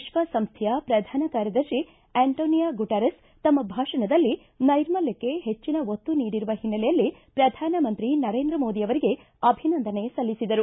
ವಿಶ್ವಸಂಸ್ಥೆಯ ಪ್ರಧಾನ ಕಾರ್ಯದರ್ಶಿ ಆಂಟೋನಿಯೊ ಗುಟೆರೆಸ್ ತಮ್ಮ ಭಾಷಣದಲ್ಲಿ ನೈರ್ಮಲ್ಯಕ್ಕ ಹೆಚ್ಚಿನ ಒತ್ತು ನೀಡಿರುವ ಹಿನ್ನೆಲೆಯಲ್ಲಿ ಪ್ರಧಾನಮಂತ್ರಿ ನರೇಂದ್ರ ಮೋದಿ ಅವರಿಗೆ ಅಭಿನಂದನೆ ಸಲ್ಲಿಸಿದರು